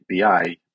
BI